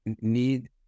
need